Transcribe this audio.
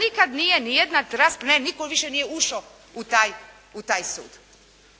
nikad nije ni jedna nije, nitko nije više ušao u taj sud.